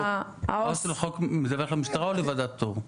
העו"ס של החוק מדווח למשטרה או לוועדת פטור.